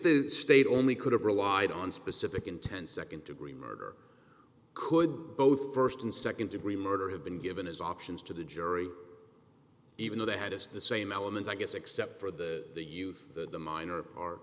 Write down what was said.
the state only could have relied on specific intent second degree murder could both first and second degree murder have been given his options to the jury even though they had just the same elements i guess except for that the youth the minor